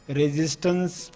resistance